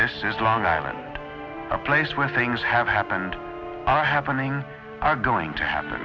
this is long island a place where things it happened i happening are going to happen